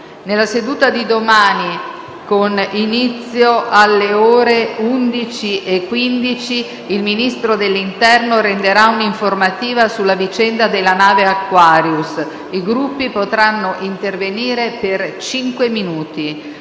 Nella seduta di domani, con inizio alle ore 11,15, il Ministro dell’interno renderà un’informativa sulla vicenda della nave Aquarius. I Gruppi potranno intervenire per cinque minuti.